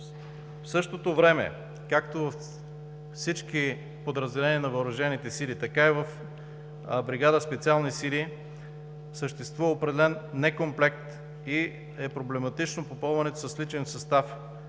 В същото време, както всички подразделения на Въоръжените сили, така и в бригада „Специални сили“, съществува определен некомплект и е проблематично попълването с личен състав,